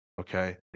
Okay